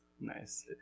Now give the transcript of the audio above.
Nice